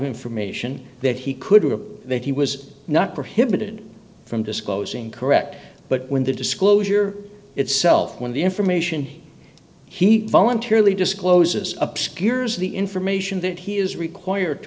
information that he could or that he was not prohibited from disclosing correct but when the disclosure itself when the information he voluntarily discloses obscures the information that he is required to